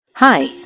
Hi